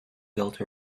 built